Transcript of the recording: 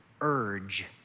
urge